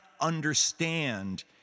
understand